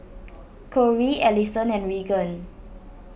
Corey Alison and Regan